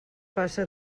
passa